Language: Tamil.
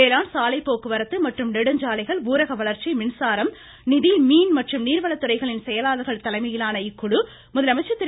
வேளாண் சாலை போக்குவரத்து மற்றும் நெடுஞ்சாலைகள் ஊரக வளர்ச்சி மின்சாரம் நிதி மீன் மற்றும் நீர்வளத் துறைகளின் செயலர்கள் தலைமையிலான இக்குழு முதலமைச்சர் திரு